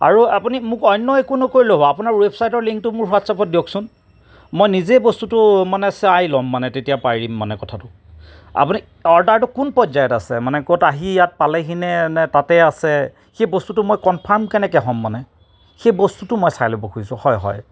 আৰু আপুনি মোক অন্য় একো নকৰিলেও হ'ব আপোনাৰ ৱেবছাইটৰ লিংকটো মোৰ হোৱাটছএপত দিয়কছোন মই নিজে বস্তুটো মানে চাই ল'ম মানে তেতিয়া পাৰিম মানে কথাটো আপুনি অৰ্ডাৰটো কোন পৰ্যায়ত আছে মানে ক'ত আহি ইয়াত পালেহিনে নে তাতেই আছে সেই বস্তুটো মই কনফাৰ্ম কেনেকৈ হ'ম মানে সেই বস্তুটো মই চাই ল'ব খুজিছো হয় হয়